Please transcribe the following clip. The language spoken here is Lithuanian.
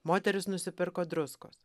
moteris nusipirko druskos